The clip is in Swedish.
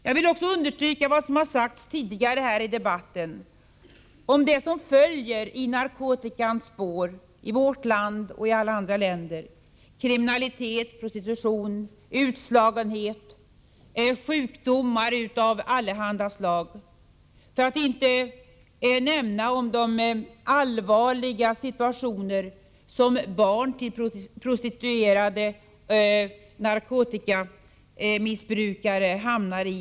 Jag vill också understryka vad som tidigare sagts i debatten om det som följer i narkotikans spår i vårt land och i alla andra länder: kriminalitet, prostitution, utslagning, sjukdomar av allehanda slag — för att inte nämna de allvarliga situationer som barn till prostituerade narkotikamissbrukare hamnar i.